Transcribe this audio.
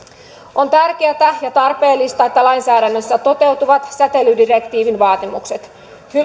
on tärkeätä ja tarpeellista että lainsäädännössä toteutuvat säteilydirektiivin vaatimukset